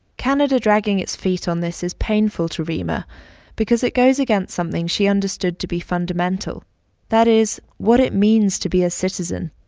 canada dragging its feet on this is painful to reema because it goes against something she understood to be fundamental that is, what it means to be a citizen.